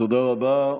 תודה רבה.